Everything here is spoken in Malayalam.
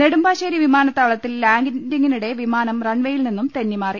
നെടുമ്പാശ്ശേരി വിമാനത്താവളത്തിൽ ലാന്റിംഗിനിടെ വിമാനം റൺവെയിൽ നിന്നും തെന്നിമാറി